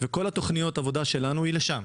כל תוכניות העבודה שלנו מכוונות לשם.